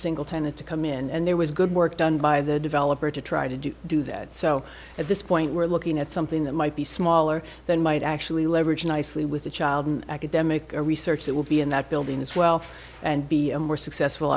single tenant to come in and there was good work done by the developer to try to do that so at this point we're looking at something that might be smaller than might actually leverage nicely with the child academic research that will be in the building as well and be a more successful